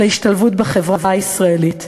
להשתלבות בחברה הישראלית.